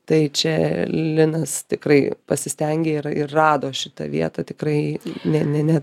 tai čia linas tikrai pasistengė ir ir rado šitą vietą tikrai ne ne ne